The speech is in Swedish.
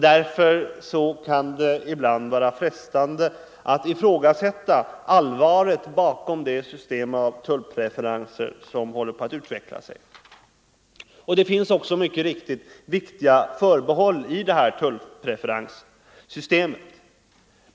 Därför kan det ibland vara frestande att ifrågasätta allvaret bakom det system av tullpreferenser som håller på att utvecklas. Det finns också mycket riktigt viktiga förbehåll i tullpreferenssystemet.